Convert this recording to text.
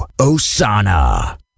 Osana